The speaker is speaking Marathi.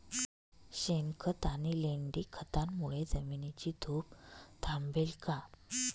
शेणखत आणि लेंडी खतांमुळे जमिनीची धूप थांबेल का?